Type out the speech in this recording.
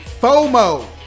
FOMO